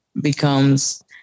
becomes